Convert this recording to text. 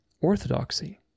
orthodoxy